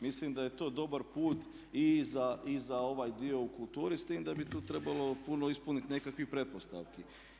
Mislim da je to dobar put i za ovaj dio u kulturi, s tim da bi tu trebalo puno ispuniti nekakvih pretpostavki.